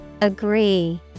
Agree